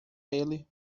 ele